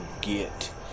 get